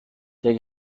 der